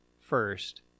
first